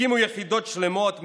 הקימו יחידות שלמות,